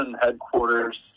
Headquarters